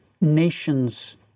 nations